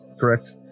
Correct